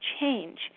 change